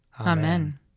Amen